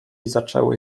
zaczęły